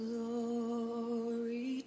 Glory